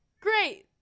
great